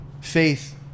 faith